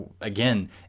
again